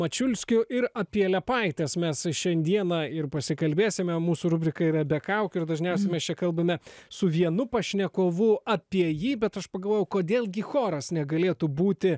mačiulskiu ir apie liepaites mes šiandieną ir pasikalbėsime mūsų rubrika yra be kaukių ir dažniausiai mes čia kalbame su vienu pašnekovu apie jį bet aš pagalvojau kodėl gi choras negalėtų būti